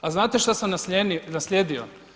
A znate što sam naslijedio?